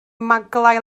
maglau